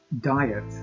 diet